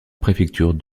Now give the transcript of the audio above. préfecture